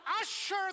usher